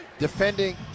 Defending